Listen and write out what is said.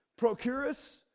Procurus